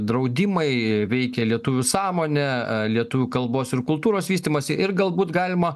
draudimai veikia lietuvių sąmonę lietuvių kalbos ir kultūros vystymąsi ir galbūt galima